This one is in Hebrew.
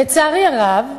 לצערי הרב,